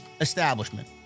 establishment